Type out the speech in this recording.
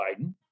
Biden